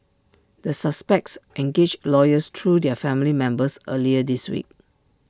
the suspects engaged lawyers through their family members earlier this week